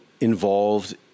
involved